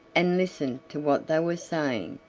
and listened to what they were saying,